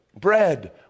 Bread